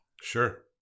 Sure